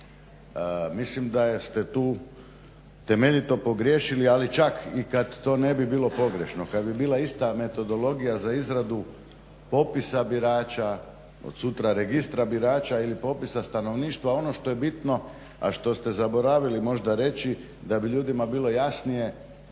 Mislim da ste tu temeljito pogriješili, ali čak i kad to ne bi bilo pogrešno, kad bi bila ista metodologija za izradu popisa birača, od sutra registra birača ili popisa stanovništva, ono što je bitno, a što ste zaboravili možda reći da bi ljudima bilo jasnije,